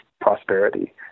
prosperity